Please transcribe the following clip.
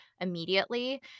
immediately